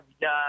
done